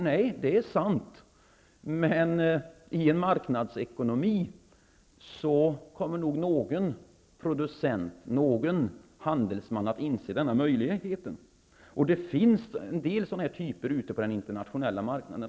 Nej, det är sant, men i en marknadsekonomi kommer nog någon producent, någon handelsman att inse denna möjlighet, och det finns redan en del sådana här drycker ute på den internationella marknaden.